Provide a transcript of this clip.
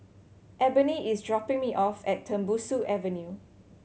Ebony is dropping me off at Tembusu Avenue